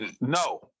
No